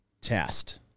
test